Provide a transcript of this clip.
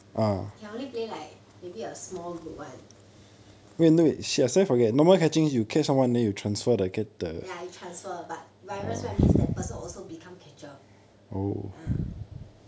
can only play like maybe a small group [one] ya you transfer but virus right means that person also become catcher ah